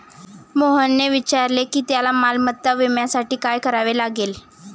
मोहनने विचारले की त्याला मालमत्ता विम्यासाठी काय करावे लागेल?